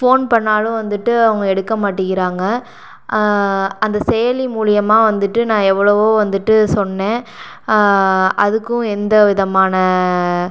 phone பண்ணிணாலும் வந்துட்டு அவங்க எடுக்க மாட்டேக்கிறாங்க அந்த செயலி மூலிமா வந்துட்டு நான் எவ்வளோவோ வந்துட்டு சொன்னேன் அதுக்கும் எந்த விதமான